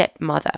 stepmother